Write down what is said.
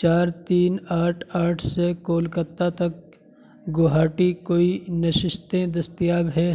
چار تین آٹھ آٹھ سے کولکتہ تک گوہاٹی کوئی نشستیں دستیاب ہے